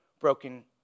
broken